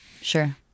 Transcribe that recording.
Sure